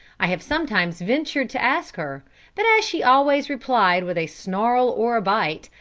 i have sometimes ventured to ask her but as she always replied with a snarl or a bite,